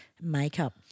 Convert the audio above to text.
makeup